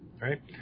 right